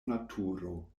naturo